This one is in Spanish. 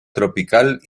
tropical